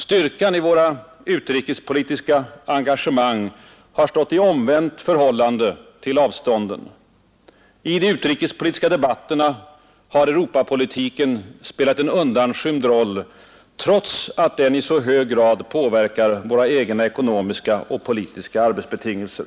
Styrkan i våra utrikespolitiska engagemang har stått i omvänt förhållande till avstånden. I de utrikespolitiska debatterna har = Nr 137 Europapolitiken spelat en "undanskymd roll trots are den i så hög grad Torsdagen den påverkar våra egna ekonomiska och politiska arbetsbetingelser.